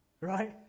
right